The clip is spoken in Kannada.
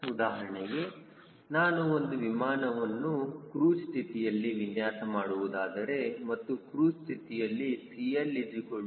ಉದಾಹರಣೆಗೆನಾನು ಒಂದು ವಿಮಾನವನ್ನು ಕ್ರೂಜ್ ಸ್ಥಿತಿಯಲ್ಲಿ ವಿನ್ಯಾಸ ಮಾಡುವುದಾದರೆ ಮತ್ತು ಕ್ರೂಜ್ ಸ್ಥಿತಿಯಲ್ಲಿ 𝐶L 0